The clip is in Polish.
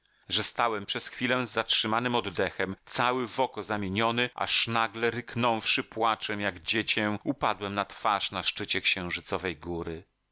że stałem przez chwilę z zatrzymanym oddechem cały w oko zamieniony aż nagle ryknąwszy płaczem jak dziecię upadłem na twarz na szczycie księżycowej góry